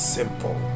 simple